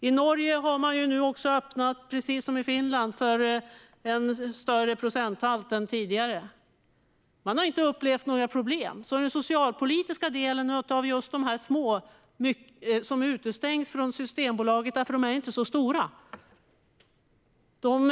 I Norge har man nu, precis som i Finland, öppnat för en större procenthalt än tidigare, och man har inte upplevt några problem. Den socialpolitiska delen av att just de här små aktörerna, som utestängs från Systembolaget för att de inte är så stora, får sälja sina produkter behöver inte bli ett problem.